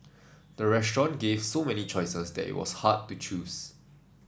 the restaurant gave so many choices that it was hard to choose